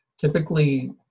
Typically